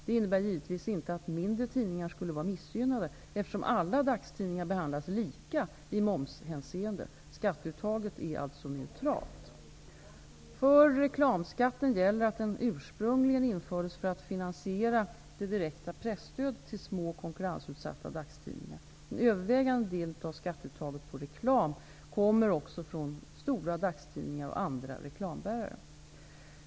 Det innebär givetvis inte att mindre tidningar skulle vara missgynnade, eftersom alla dagstidningar behandlas lika i momshänseende. Skatteuttaget är alltså neutralt. För reklamskatten gäller att den ursprungligen infördes för att finansiera det direkta presstödet till små och konkurrensutsatta dagstidningar. Den övervägande delen av skatteuttaget på reklam kommer också från stora dagstidningar och andra reklambärare.